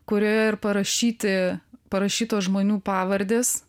kurioje ir parašyti parašytos žmonių pavardės